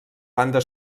banda